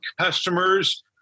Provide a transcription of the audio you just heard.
customers